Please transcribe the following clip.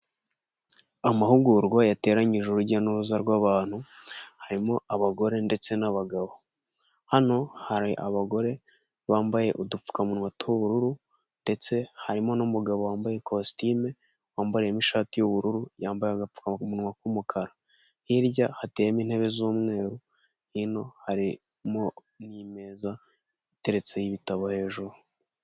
Amahugurwa yateranyije urujya n'uruza rw'abantu, harimo abagore ndetse n'abagabo, hano hari abagore bambaye udupfukamunwa tw'ubururu ndetse harimo n'umugabo wambaye kositimu wambariyemo ishati y'ubururu yambaye agapfukamunwa k'umukara hirya hateyemo intebe z'umweru hino harimo n'ameza ateretseho ibitabo hejuru.